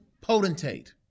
potentate